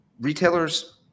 retailers